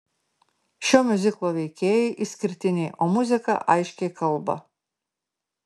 šio miuziklo veikėjai išskirtiniai o muzika aiškiai kalba